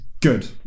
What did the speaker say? good